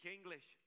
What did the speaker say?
English